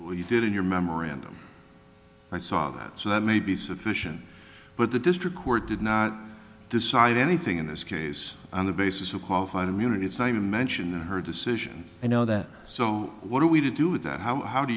you did in your memorandum i saw that so that may be sufficient but the district court did not decide anything in this case on the basis of qualified immunity it's not even mentioned in her decision i know that so what do we do that how